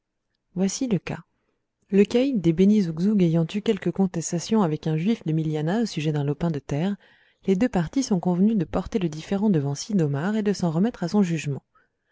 voici le cas le caïd des beni zougzougs ayant eu quelque contestation avec un juif de milianah au sujet d'un lopin de terre les deux parties sont convenues de porter le différend devant sid'omar et de s'en remettre à son jugement